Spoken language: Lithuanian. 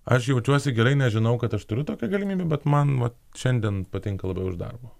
aš jaučiuosi gerai nes žinau kad aš turiu tokią galimybę bet man vat šiandien patinka labiau iš darbo